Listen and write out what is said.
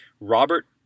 Robert